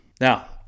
Now